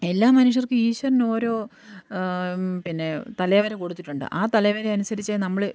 എല്ലാ മനുഷ്യർക്കും ഈശ്വരൻ ഓരോ പിന്നെ തലവര കൊടുത്തിട്ടുണ്ട് ആ തലവര അനുസരിച്ചേ നമ്മൾ